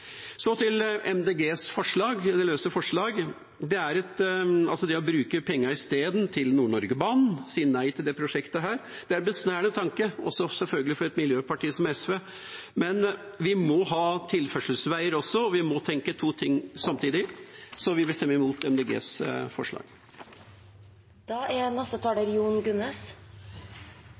Så til Miljøpartiet De Grønnes løse forslag om isteden å bruke pengene til Nord-Norge-banen og si nei til dette prosjektet. Det er en besnærende tanke også for et miljøparti som SV, men vi må ha tilførselsveier også, og vi må tenke to ting samtidig, så vi vil stemme imot Miljøpartiet De Grønnes forslag. SV og Arbeiderpartiet er